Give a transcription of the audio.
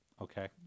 Okay